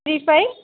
three five